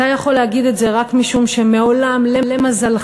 אתה יכול להגיד את זה רק משום שמעולם, למזלך,